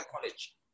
college